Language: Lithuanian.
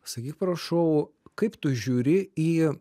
sakyk prašau kaip tu žiūri į